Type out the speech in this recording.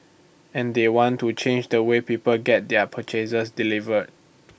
and they want to change the way people get their purchases delivered